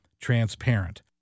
transparent